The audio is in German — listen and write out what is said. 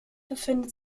befindet